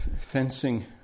fencing